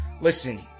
listen